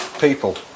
people